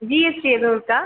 GST எதுவும் இருக்கா